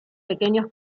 pequeños